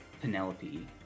Penelope